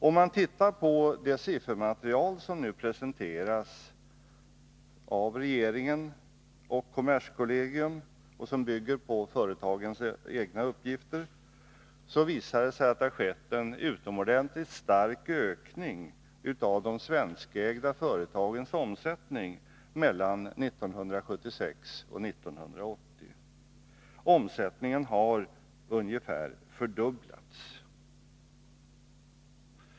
Om man ser på det siffermaterial som nu presenteras av regering och kommerskollegium och som bygger på företagens egna uppgifter, visar det sig att det har skett en utomordentligt stark ökning av de svenskägda företagens omsättning mellan 1976 och 1980. Omsättningen har ungefär fördubblats.